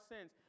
sins